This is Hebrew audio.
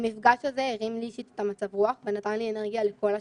המפגש הזה הרים לי אישית את מצב הרוח ונתן לי אנרגיה לכל השבוע,